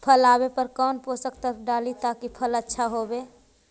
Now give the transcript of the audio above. फल आबे पर कौन पोषक तत्ब डाली ताकि फल आछा होबे?